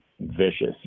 vicious